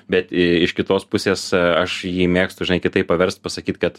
bet iš kitos pusės aš jį mėgstu žinai kitaip paverst pasakyt kad